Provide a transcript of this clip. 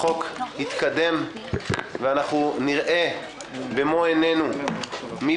החוק התקדם ואנחנו נראה במו עינינו מי